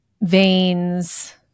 veins